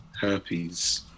herpes